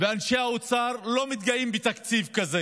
ואנשי האוצר לא מתגאים בתקציב כזה.